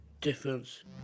difference